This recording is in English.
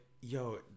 yo